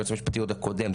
עוד היועץ המשפטי הקודם,